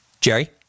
Jerry